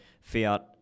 fiat